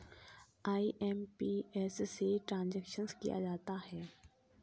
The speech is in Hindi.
आई.एम.पी.एस से ट्रांजेक्शन किया जाता है